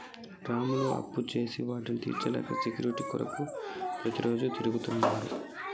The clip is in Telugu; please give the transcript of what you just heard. రాములు అప్పుచేసి వాటిని తీర్చలేక సెక్యూరిటీ కొరకు ప్రతిరోజు తిరుగుతుండు